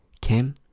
Kim